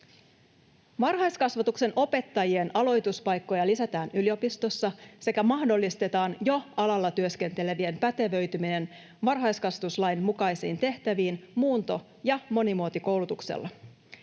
Varhaiskasvatuksen opettajien aloituspaikkoja lisätään yliopistossa sekä mahdollistetaan jo alalla työskentelevien pätevöityminen varhaiskasvatuslain mukaisiin tehtäviin muunto- ja monimuotokoulutuksella.